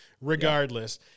Regardless